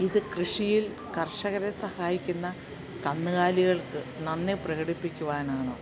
ഇത് കൃഷിയിൽ കർഷകരെ സഹായിക്കുന്ന കന്നുകാലികൾക്ക് നന്ദി പ്രകടിപ്പിക്കുവാനാണോ